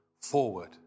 forward